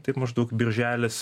taip maždaug birželis